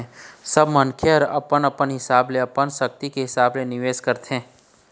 सब मनखे मन ह अपन अपन हिसाब ले अपन सक्ति के हिसाब ले निवेश करथे